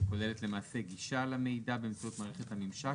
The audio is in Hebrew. שכוללת למעשה גישה למידע באמצעות מערכת הממשק,